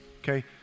Okay